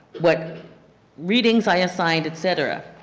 what readings i assigned, etc.